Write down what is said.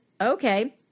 Okay